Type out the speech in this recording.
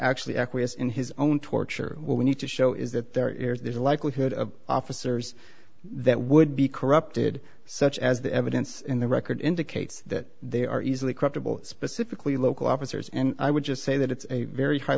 actually acquiesce in his own torture we need to show is that there is a likelihood of officers that would be corrupted such as the evidence in the record indicates that they are easily correctable specifically local officers and i would just say that it's a very high